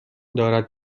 دارد